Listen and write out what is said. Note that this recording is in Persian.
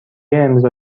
امضا